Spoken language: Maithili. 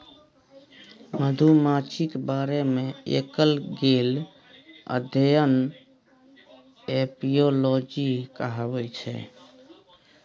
मधुमाछीक बारे मे कएल गेल अध्ययन एपियोलाँजी कहाबै छै